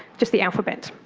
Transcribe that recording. just the alphabet.